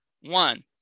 One